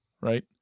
right